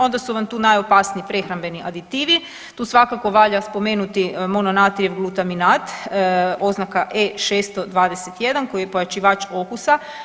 Onda su vam tu najopasniji prehrambeni aditivi, tu svakako valja spomenuti mononatrijev glutaminat oznaka E621 koji je pojačivač okusa.